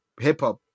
hip-hop